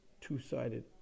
two-sided